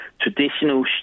traditional